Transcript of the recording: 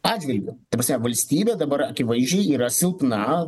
atžvilgiu ta prasme valstybė dabar akivaizdžiai yra silpna